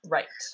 Right